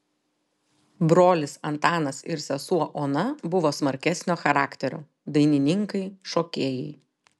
brolis antanas ir sesuo ona buvo smarkesnio charakterio dainininkai šokėjai